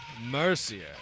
mercier